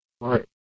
right